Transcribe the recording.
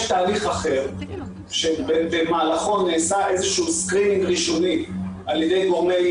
יש תהליך אחר שבמהלכו נעשה איזשהו מיון ראשוני על ידי גורמי